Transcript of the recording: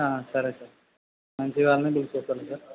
సరే సార్ మంచి వాళ్ళనే తీసుకొస్తాను సార్